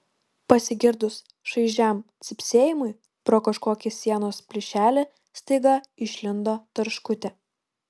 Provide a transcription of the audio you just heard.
pasigirdus šaižiam cypsėjimui pro kažkokį sienos plyšelį staiga išlindo tarškutė